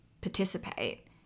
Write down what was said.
participate